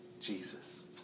Jesus